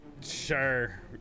Sure